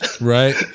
Right